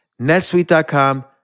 netsuite.com